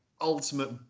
ultimate